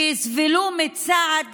שיסבלו מצעד